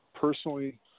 personally